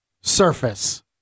surface